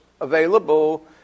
available